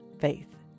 faith